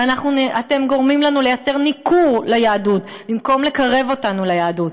אתם גורמים לנו לייצר ניכור ליהדות במקום לקרב אותנו ליהדות.